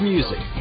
Music